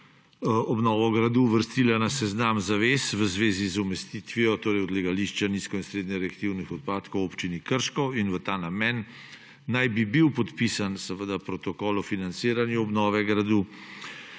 obnovo gradu uvrstila na seznam zavez v zvezi z umestitvijo odlagališča nizko- in srednje radioaktivnih odpadkov v Občini Krško in v ta namen naj bi bil podpisan, seveda, protokol o financiranju obnove gradu